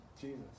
Jesus